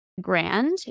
Grand